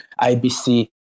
IBC